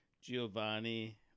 Giovanni